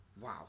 Wow